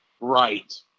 right